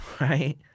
Right